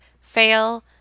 fail